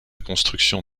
construction